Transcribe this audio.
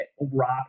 rock